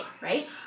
right